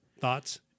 Thoughts